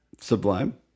sublime